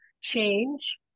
change